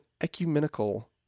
ecumenical